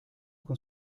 con